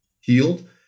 healed